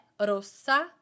rossa